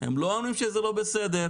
הם לא אומרים שזה לא בסדר.